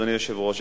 אדוני היושב-ראש,